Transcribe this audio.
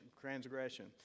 Transgression